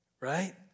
right